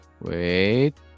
wait